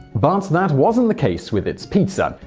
but that wasn't the case with its pizza.